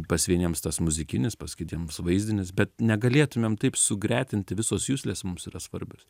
pas vieniems tas muzikinis pas kitiems vaizdinis bet negalėtumėm taip sugretinti visos juslės mums yra svarbios